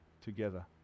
together